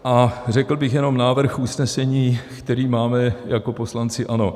A řekl bych jenom návrh usnesení, který máme jako poslanci ANO: